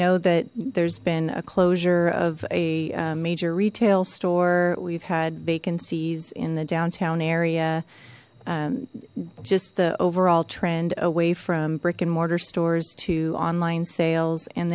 know that there's been a closure of a major retail store we've had vacancies in the downtown area just the overall trend away from brick and mortar stores to online sales and